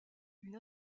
une